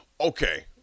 okay